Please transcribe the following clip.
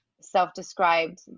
self-described